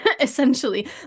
essentially